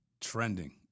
trending